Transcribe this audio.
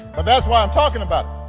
and that's what i'm talkin' about.